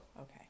okay